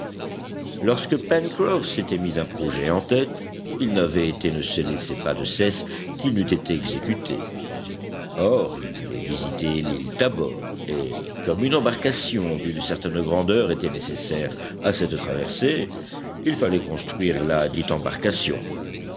lorsque pencroff s'était mis un projet en tête il n'avait et ne laissait pas de cesse qu'il n'eût été exécuté or il voulait visiter l'île tabor et comme une embarcation d'une certaine grandeur était nécessaire à cette traversée il fallait construire ladite embarcation